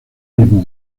mismo